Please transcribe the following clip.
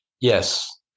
Yes